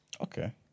Okay